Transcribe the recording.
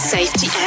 Safety